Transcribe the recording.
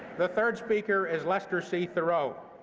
the third speaker is lester c. thurow,